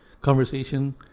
conversation